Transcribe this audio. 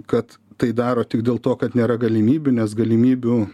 kad tai daro tik dėl to kad nėra galimybių nes galimybių